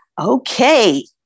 Okay